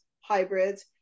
hybrids